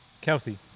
Kelsey